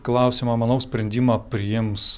klausimą manau sprendimą priims